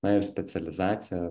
na ir specializacija